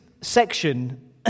section